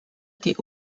die